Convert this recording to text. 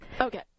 Okay